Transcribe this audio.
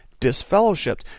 disfellowshipped